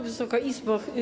Wysoka Izbo!